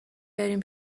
بریم